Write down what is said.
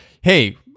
Hey